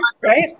right